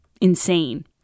insane